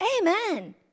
Amen